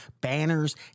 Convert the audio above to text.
banners